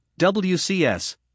WCS